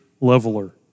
leveler